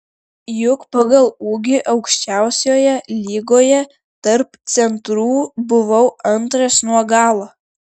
juk pagal ūgį aukščiausioje lygoje tarp centrų buvau antras nuo galo